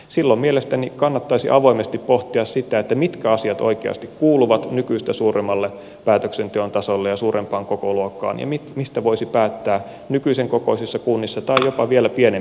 silloin mielestäni kannattaisi avoimesti pohtia sitä mitkä asiat oikeasti kuuluvat nykyistä suuremmalle päätöksenteon tasolle ja suurempaan kokoluokkaan ja mistä voisi päättää nykyisen kokoisissa kunnissa tai jopa vielä pienemmissä yksiköissä